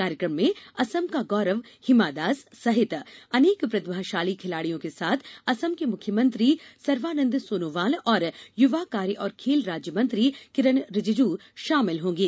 कार्यक्रम में असम का गौरव हीमा दास सहित अनेक प्रतिभाशाली खिलाड़ियों के साथ असम के मुख्यमंत्री सर्बानंद सोनोवाल और युवा कार्य और खेल राज्य मंत्री किरेन रीजीजू शामिल होंगे